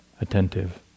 attentive